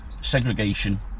segregation